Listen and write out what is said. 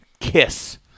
Kiss